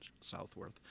Southworth